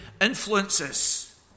influences